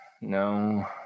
No